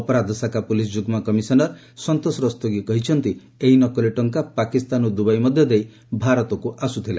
ଅପରାଧ ଶାଖା ପୁଲିସ୍ ଯୁଗ୍ମ କମିଶନର୍ ସନ୍ତୋଷ ରସ୍ତୋଗୀ କହିଛନ୍ତି ଏହି ନକଲି ଟଙ୍କା ପାକିସ୍ତାନରୁ ଦୁବାଇ ମଧ୍ୟଦେଇ ଭାରତକୁ ଆସୁଥିଲା